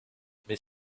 mais